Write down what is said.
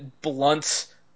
blunt